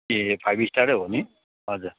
ए five स्टारै हो नि हजुर